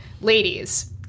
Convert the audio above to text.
Ladies